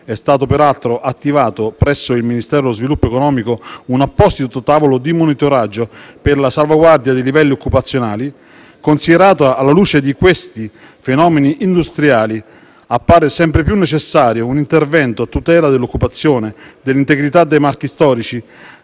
è stato peraltro attivato, presso il Ministero dello sviluppo economico, un apposito tavolo di monitoraggio per la salvaguardia dei livelli occupazionali. Alla luce di questi fenomeni industriali appare sempre più necessario un intervento a tutela dell'occupazione, dell'integrità dei marchi storici,